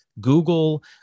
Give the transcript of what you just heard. Google